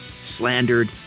slandered